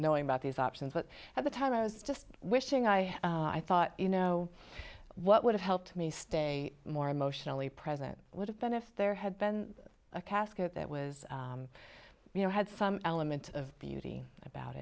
knowing about these options but at the time i was just wishing i i thought you know what would have helped me stay more emotionally present would have been if there had been a casket that was you know had some element of beauty about